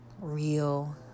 real